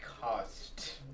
cost